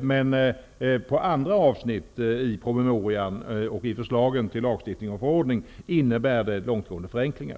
Men när det gäller andra avsnitt i promemorian och i förslagen till lagstiftning och förordning innebär det långtgående förenklingar.